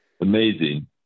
Amazing